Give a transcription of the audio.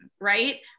Right